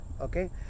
Okay